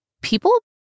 people